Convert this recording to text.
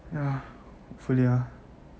ya hopefully ah